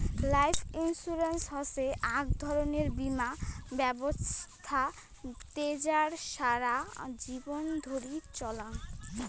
life insurance হসে আক ধরণের বীমা ব্যবছস্থা জেতার সারা জীবন ধরি চলাঙ